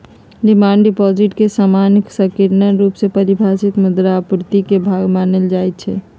demand deposit के सामान्य संकीर्ण रुप से परिभाषित मुद्रा आपूर्ति के भाग मानल जाइ छै